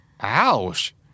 Ouch